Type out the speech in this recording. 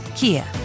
Kia